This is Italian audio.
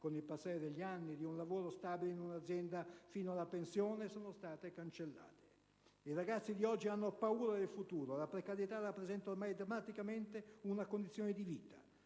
con il passare degli anni, di un lavoro stabile in un'azienda fino alla pensione sono state cancellate. I ragazzi di oggi hanno paura del futuro; la precarietà rappresenta ormai drammaticamente una condizione di vita.